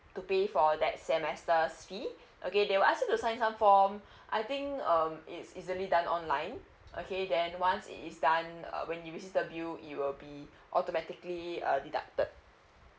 to pay for that semester fees okay they will ask you sign some form I think um it's easily done online okay then once it is done uh when you receive the bill you will be automatically uh deducted